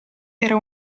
era